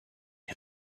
and